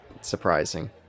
surprising